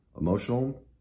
emotional